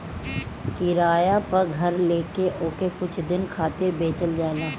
किराया पअ घर लेके ओके कुछ दिन खातिर बेचल जाला